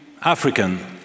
African